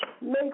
make